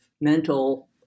mental